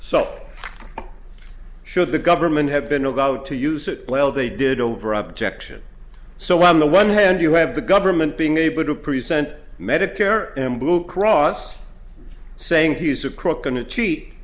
so should the government have been about to use it well they did over objection so on the one hand you have the government being able to present medicare in blue cross saying he's a crook and a cheat